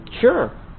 Sure